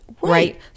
right